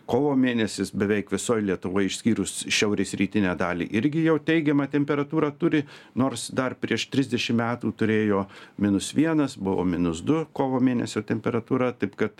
kovo mėnesis beveik visoj lietuvoj išskyrus šiaurės rytinę dalį irgi jau teigiamą temperatūrą turi nors dar prieš trisdešim metų turėjo minus vienas buvo minus du kovo mėnesio temperatūra taip kad